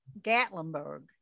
Gatlinburg